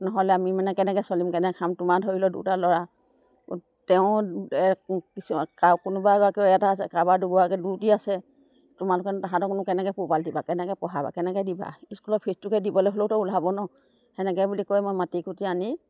নহ'লে আমি মানে কেনেকৈ চলিম কেনেকৈ খাম তোমাৰ ধৰি লোৱা দুটা ল'ৰা তেওঁ কি কোনোবা এটা আছে কাৰোবাৰ দুগৰাকী দুটি আছে তোমালোকেনো সিহঁতকনো কেনেকৈ পোহপাল দিবা কেনেকৈ পঢ়াবা কেনেকৈ দিবা স্কুলৰ ফিজটোকে দিবলৈ হ'লেওতো ওলাব ন সেনেকৈ বুলি কয় মই মাতি কুটি আনি